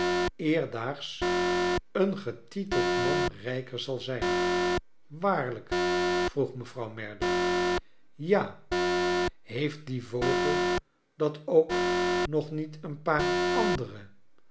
eerstdaags een getiteld man rijker zal zijn waarlijk vroeg mevrouw merdle ja heeft die vogel dat ook nog niet een paar andere